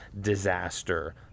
disaster